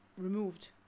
removed